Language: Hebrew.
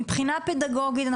מבחינה פדגוגית,